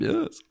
Yes